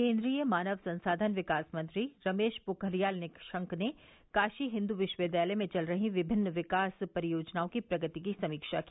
केन्द्रीय मानव संसाधन विकास मंत्री रमेश पोखरियाल निशंक ने काशी हिन्दू विश्वविद्यालय में चल रही विभिन्न विकास परियोजनाओं की प्रगति की समीक्षा की